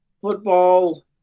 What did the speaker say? football